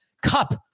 cup